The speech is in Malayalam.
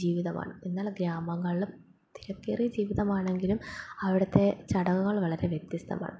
ജീവിതമാണ് എന്നാണ് ഗ്രാമങ്ങളിലും തിരക്കേറിയ ജീവിതമാണെങ്കിലും അവിടുത്തെ ചടങ്ങുകൾ വളരെ വ്യത്യസ്തമാണ്